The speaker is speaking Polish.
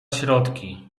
środki